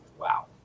wow